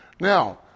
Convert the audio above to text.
Now